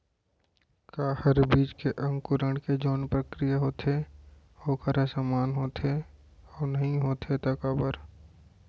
का हर बीज के अंकुरण के जोन प्रक्रिया होथे वोकर ह समान होथे, अऊ नहीं होथे ता काबर?